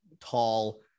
tall